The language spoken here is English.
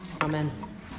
Amen